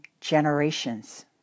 generations